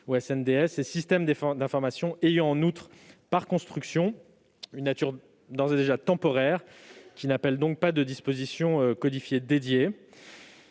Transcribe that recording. ces systèmes d'information ayant en outre par construction une nature temporaire, qui n'appelle pas de dispositions codifiées dédiées.